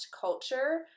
culture